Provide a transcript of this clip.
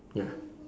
ya